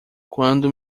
quando